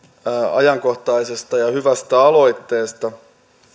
ajankohtaisesta ja hyvästä aloitteesta